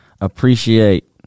Appreciate